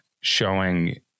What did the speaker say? showing